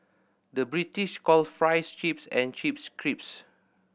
the British calls fries chips and chips crisps